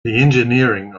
engineering